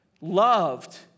loved